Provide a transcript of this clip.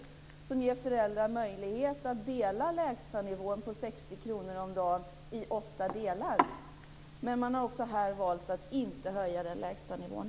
Det handlar om att ge föräldrar möjlighet att dela den lägsta ersättningen, 60 kr om dagen, i åtta delar. Men man har också valt att inte höja den lägsta nivån.